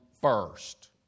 first